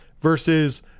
versus